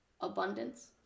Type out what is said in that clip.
abundance